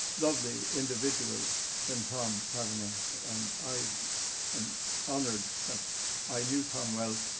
lovely individual than tom cavanaugh. and i am honored that i knew tom well,